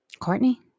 Courtney